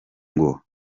ngo